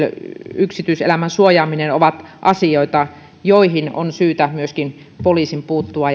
yksityiselämän suojaaminen ovat asioita joihin on myöskin syytä poliisin puuttua